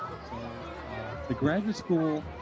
so the graduate school